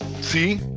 see